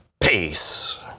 Peace